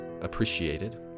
appreciated